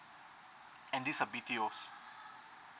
and these are B_T_O